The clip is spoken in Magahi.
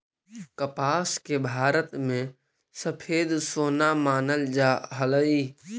कपास के भारत में सफेद सोना मानल जा हलई